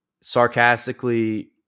sarcastically